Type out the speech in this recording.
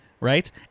Right